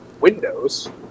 windows